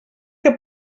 que